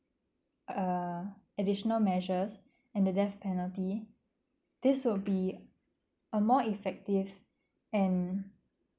uh additional measures and the death penalty this would be a more effective and